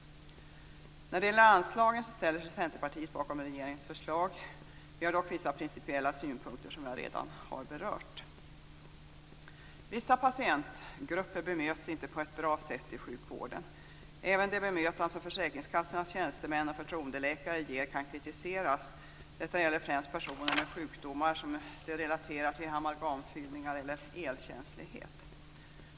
När det gäller anslagen ställer sig Centerpartiet bakom regeringens förslag. Vi har dock vissa principiella synpunkter, som jag redan har berört. Vissa patientgrupper bemöts inte på ett bra sätt i sjukvården. Även bemötandet från försäkringskassornas tjänstemäns och förtroendeläkares sida kan kritiseras. Det gäller då främst personer som har sjukdomar som de relaterar till amalgamfyllningar eller elkänslighet.